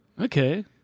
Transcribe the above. Okay